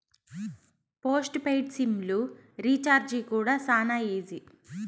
post paid SIM లు recharge కూడా శానా ఈజీ